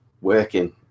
working